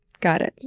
got it.